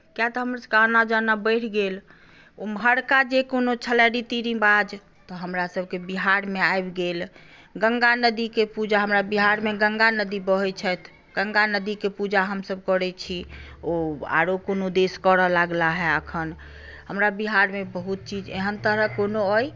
कियाक तऽ हमरसभके आना जाना बढ़ि गेल उम्हरका जे कोनो छलए रीति रिवाज तऽ हमरासभके बिहारमे आबि गेल गङ्गा नदीके पूजा हमरा बिहारमे गङ्गा नदी बहैत छथि गङ्गा नदीके पूजा हमसभ करैत छी ओ आरो कोनो देश करय लगलाह हे एखन हमरा बिहारमे बहुत चीज एहन तरहक कोनो अइ